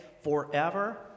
forever